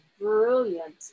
brilliant